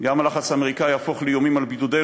גם אם הלחץ האמריקני יהפוך לאיומים בבידודנו,